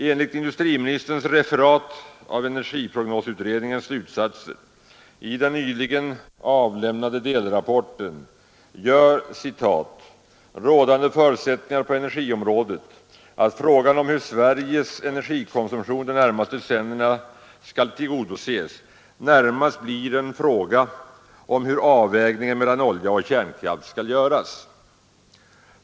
Enligt industriministerns referat i den utdelade stencilen av energiprognosutredningens slutsatser i den nyligen avlämnade delrapporten gör rådande förutsättningar på energiområdet att ”frågan om hur Sveriges energikonsumtion de närmaste decennierna skall tillgodoses närmast blir en fråga om hur avvägningen mellan olja och kärnkraft skall göras”.